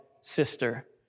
sister